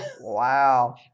Wow